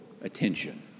attention